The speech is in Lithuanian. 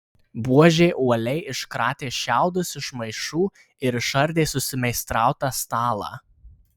buožė uoliai iškratė šiaudus iš maišų ir išardė susimeistrautą stalą